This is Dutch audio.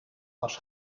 was